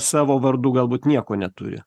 savo vardu galbūt nieko neturi